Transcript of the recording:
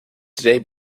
today